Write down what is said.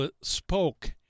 spoke